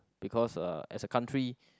because uh as a country